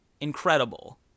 Incredible